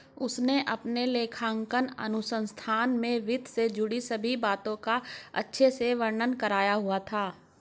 उसने अपने लेखांकन अनुसंधान में वित्त से जुड़ी सभी बातों का अच्छे से वर्णन करा हुआ था